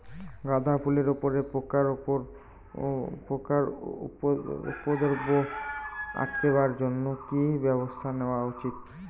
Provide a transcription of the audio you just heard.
গাঁদা ফুলের উপরে পোকার উপদ্রব আটকেবার জইন্যে কি ব্যবস্থা নেওয়া উচিৎ?